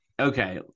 Okay